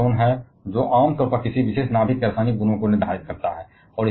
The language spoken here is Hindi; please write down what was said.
और यह प्रोटॉन है जो आम तौर पर किसी विशेष नाभिक के रासायनिक गुणों को निर्धारित करता है